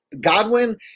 Godwin